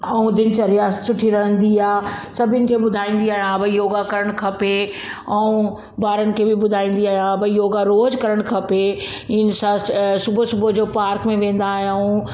ऐं दिनचर्या सुठी रहंदी आहे सभिनि खे ॿुधाईंदी आहियां भाई योगा करणु खपे ऐं ॿारनि खे बि ॿुधाईंदा आहिंयां भाई योगा रोज करणु खपे इन सां अ सुबुह सुबुह जो पार्क में वेंदा आहियूं